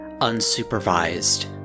unsupervised